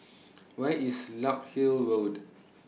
Where IS Larkhill Road